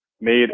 made